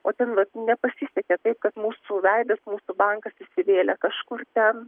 o ten vat nepasisekė taip kad mūsų veidas mūsų bankas įsivėlė kažkur ten